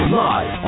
live